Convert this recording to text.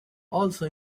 also